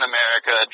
America